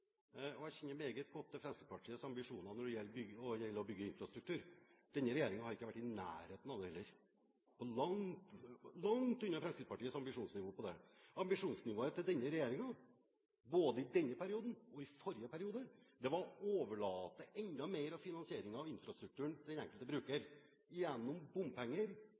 nærheten av det heller – de er langt unna Fremskrittspartiets ambisjonsnivå på det. Ambisjonsnivået til denne regjeringen, både i denne perioden og i forrige periode, var å overlate enda mer av finansieringen av infrastrukturen til den enkelte bruker gjennom bompenger